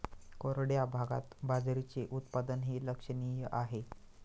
कोरड्या भागात बाजरीचे उत्पादनही लक्षणीय आहे